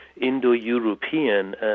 Indo-European